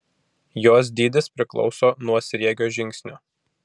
jos dydis priklauso nuo sriegio žingsnio